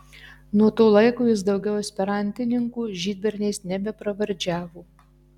nuo to laiko jis daugiau esperantininkų žydberniais nebepravardžiavo